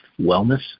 wellness